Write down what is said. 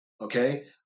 Okay